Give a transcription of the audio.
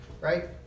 right